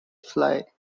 fly